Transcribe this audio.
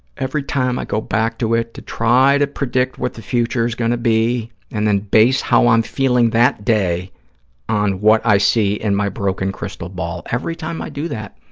every time i go back to it to try to predict what the future is going to be and then base how i'm feeling that day on what i see in my broken crystal ball, every time i do that,